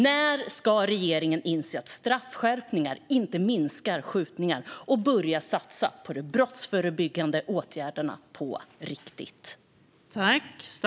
När ska regeringen inse att straffskärpningar inte minskar antalet skjutningar och börja satsa på de brottsförebyggande åtgärderna på riktigt?